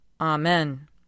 Amen